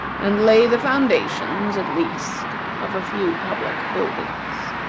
and lay the foundations, at least, of a few public buildings.